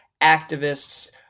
activists